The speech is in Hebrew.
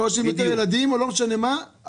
-- או לא משנה מה.